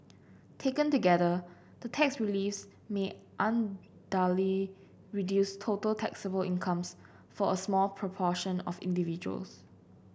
taken together the tax reliefs may unduly reduce total taxable incomes for a small proportion of individuals